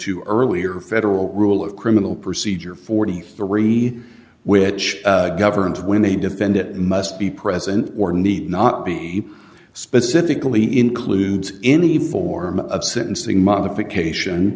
to earlier federal rule of criminal procedure forty three which governs when a defendant must be present or need not be specifically includes any form of sentencing modification